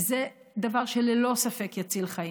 וזה דבר שללא ספק יציל חיים.